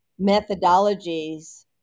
methodologies